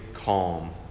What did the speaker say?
calm